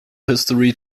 history